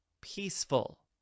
peaceful